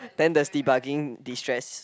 then there's debugging destress